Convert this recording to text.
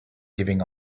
giving